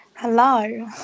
Hello